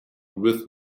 with